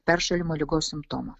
peršalimo ligos simptomą